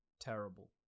terrible